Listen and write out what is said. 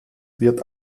wird